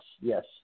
Yes